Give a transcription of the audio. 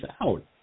out